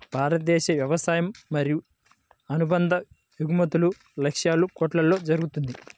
భారతదేశ వ్యవసాయ మరియు అనుబంధ ఎగుమతులు లక్షల కొట్లలో జరుగుతుంది